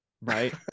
Right